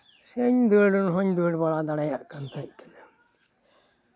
ᱥᱮᱧ ᱫᱟᱹᱲ ᱦᱚᱧ ᱫᱟᱹᱲ ᱵᱟᱲᱟ ᱫᱟᱲᱮᱭᱟᱜ ᱠᱟᱱ ᱛᱟᱦᱮᱸᱜ ᱠᱟᱱᱟ